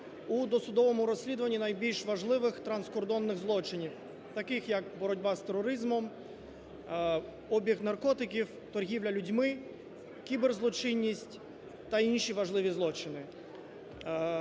у досудовому розслідуванні найбільш важливих транскордонних злочинів, таких як боротьба з тероризмом, обіг наркотиків, торгівля людьми, кіберзлочинність та інші важливі злочини.